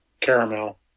Caramel